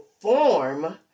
form